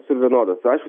visur vienodas aišku